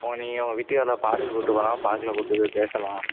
உங்க நீங்கள் உங்கள் வீட்டுகாரங்களை பார்க்குக்கு கூட்டி போகலாம் பார்க்கில் கூட்டி போய் பேசலாம்